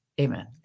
Amen